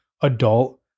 adult